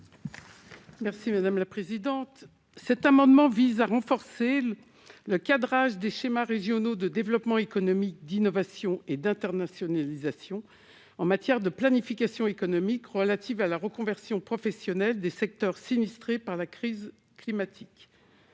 Merci madame la présidente, cet amendement vise à renforcer. Le cadrage des schémas régionaux de développement économique, d'innovation et d'internationalisation en matière de planification économique relative à la reconversion professionnelle des secteurs sinistrés par la crise climatique